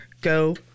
go